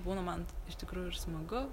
būna man iš tikrųjų ir smagu